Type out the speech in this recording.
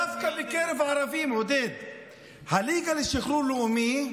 דווקא בקרב הערבים, הליגה לשחרור לאומי,